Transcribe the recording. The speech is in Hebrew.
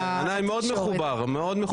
אני מאוד מחובר, מאוד מחובר.